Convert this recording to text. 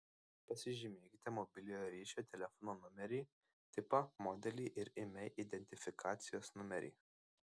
pasižymėkite mobiliojo ryšio telefono numerį tipą modelį ir imei identifikacijos numerį